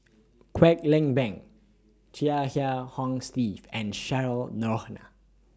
Kwek Leng Beng Chia Kiah Hong Steve and Cheryl Noronha